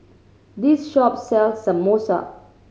this shop sells Samosa